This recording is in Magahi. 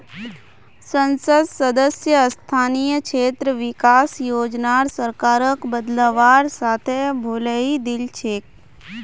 संसद सदस्य स्थानीय क्षेत्र विकास योजनार सरकारक बदलवार साथे भुलई दिल छेक